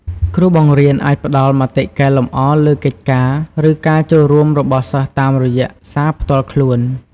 គ្រូបង្រៀនអាចផ្តល់ មតិកែលម្អ លើកិច្ចការ ឬការចូលរួមរបស់សិស្សតាមរយៈសារផ្ទាល់ខ្លួន។